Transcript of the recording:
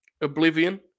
oblivion